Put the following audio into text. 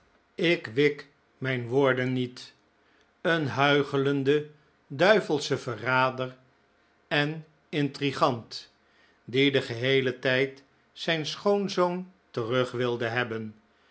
ik wik mijn woorden niet een huichelende duivelsche verrader en intrigant die den geheelen tijd zijn schoonzoon terug wilde hebben